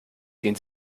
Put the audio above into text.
den